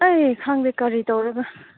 ꯑꯩ ꯈꯪꯗꯦ ꯀꯔꯤ ꯇꯧꯔꯒ